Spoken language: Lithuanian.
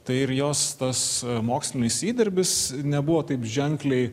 tai ir jos tas mokslinis įdirbis nebuvo taip ženkliai